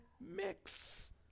mix